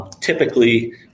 Typically